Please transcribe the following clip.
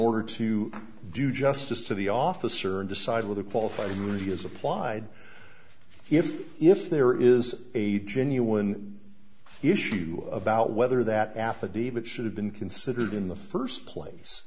order to do justice to the officer and decide whether qualifying really is applied if there is a genuine issue about whether that affidavit should have been considered in the first place